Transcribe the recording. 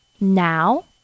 Now